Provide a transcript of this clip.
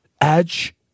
edge